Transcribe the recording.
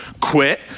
Quit